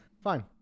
fine